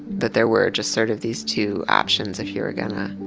that there were just sort of these two options if you were gonna,